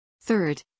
Third